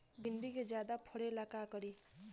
भिंडी के ज्यादा फरेला का करी?